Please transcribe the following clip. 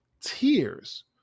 tears